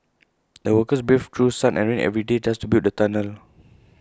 the workers braved through sun and rain every day just to build the tunnel